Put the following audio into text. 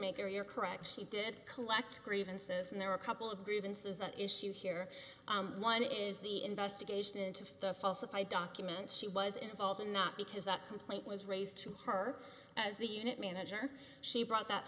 maker you're correct she did collect grievances and there are a couple of grievances that issue here one is the investigation into the falsified documents she was involved in that because that complaint was raised to her as a unit manager she brought